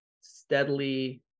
steadily